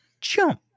jump